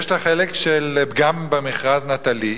יש החלק של פגם במכרז "נטלי",